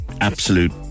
absolute